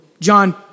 John